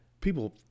People